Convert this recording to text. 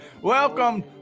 Welcome